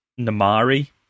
namari